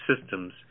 systems